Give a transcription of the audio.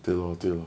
对 lor 对 lor